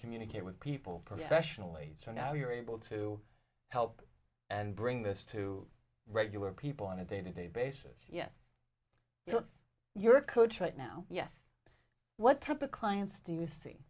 communicate with people professionally so now you're able to help and bring this to regular people on a day to day basis yet you know your coach right now yes what type of clients d